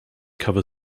cover